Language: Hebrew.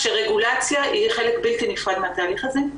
שרגולציה היא חלק בלתי נפרד מהתהליך הזה.